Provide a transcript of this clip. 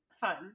fun